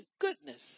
goodness